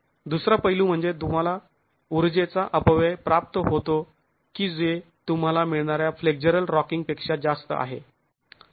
दुसरा पैलू म्हणजे तुम्हाला ऊर्जेचा अपव्यय प्राप्त होतो की जे तुम्हाला मिळणाऱ्या फ्लेक्झरल रॉकिंग पेक्षा जास्त असते